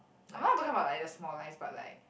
I'm not talking about like the small lies but like